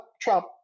Trump